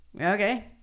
okay